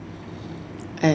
and